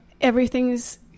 Everything's